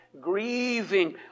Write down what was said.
grieving